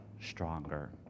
stronger